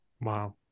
wow